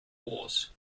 wars